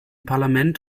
parlament